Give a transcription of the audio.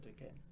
again